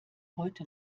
heute